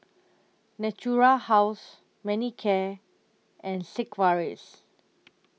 Natura House Manicare and Sigvaris